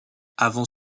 avant